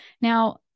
Now